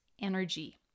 energy